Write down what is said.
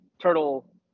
turtle